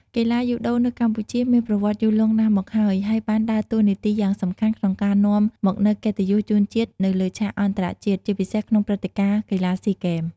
កីឡាយូដូនៅកម្ពុជាមានប្រវត្តិយូរលង់ណាស់មកហើយ ហើយបានដើរតួនាទីយ៉ាងសំខាន់ក្នុងការនាំមកនូវកិត្តិយសជូនជាតិនៅលើឆាកអន្តរជាតិ ជាពិសេសក្នុងព្រឹត្តិការណ៍កីឡាស៊ីហ្គេម ។